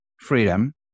freedom